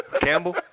Campbell